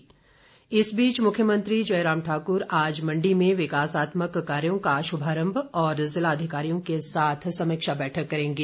मुख्यमंत्री कार्यक्रम मुख्यमंत्री जयराम ठाकुर आज मंडी में विकासात्मक कार्यों का शुभारंभ और जिला अधिकारियों के साथ समीक्षा बैठक करेंगे